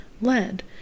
Lead